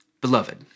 beloved